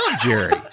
Jerry